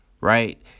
Right